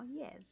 yes